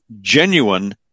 genuine